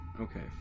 Okay